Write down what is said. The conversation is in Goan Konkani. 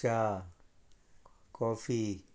च्या कॉफी